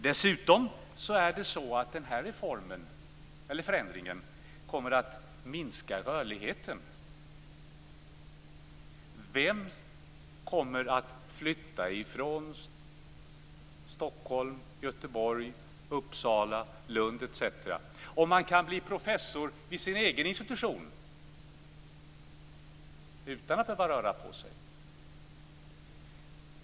Dessutom kommer denna förändring att minska rörligheten. Vem kommer att flytta ifrån Stockholm, Göteborg, Uppsala, Lund etc. om man kan bli professor vid sin egen institution, utan att behöva röra på sig?